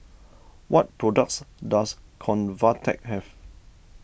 what products does Convatec have